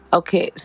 okay